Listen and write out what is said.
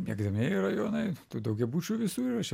miegamieji rajonai tai daugiabučių visur yra čia